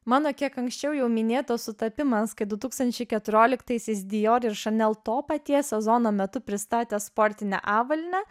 mano kiek anksčiau jau minėtas sutapimas kai du tūkstančiai keturioliktaisiais dior ir chanel to paties sezono metu pristatė sportinę avalynę